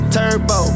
Turbo